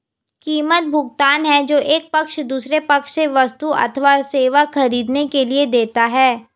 कीमत, भुगतान है जो एक पक्ष दूसरे पक्ष से वस्तु अथवा सेवा ख़रीदने के लिए देता है